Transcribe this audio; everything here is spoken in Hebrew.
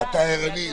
תודה רבה.